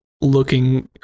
looking